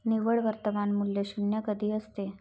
निव्वळ वर्तमान मूल्य शून्य कधी असते?